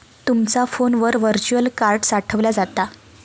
तुमचा फोनवर virtual card साठवला जाता